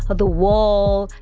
ah the wall,